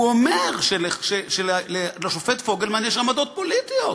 הוא אומר שלשופט פוגלמן יש עמדות פוליטיות,